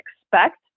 expect